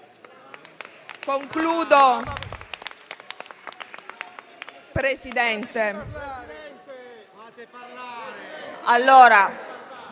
Concludo, Presidente.